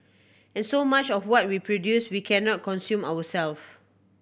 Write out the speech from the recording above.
and so much of what we produce we cannot consume ourselves